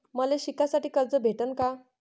मले शिकासाठी कर्ज भेटन का?